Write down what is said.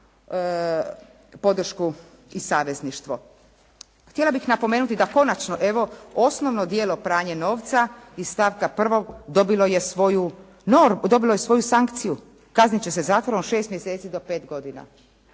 podršku i savezništvo. Htjela bih napomenuti da konačno evo osnovno djelo pranje novca iz stavka 1. dobilo je svoju sankciju. Kaznit će se zatvorom od 6 mjeseci do 5 godina.